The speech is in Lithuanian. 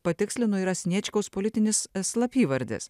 patikslinu yra sniečkaus politinis slapyvardis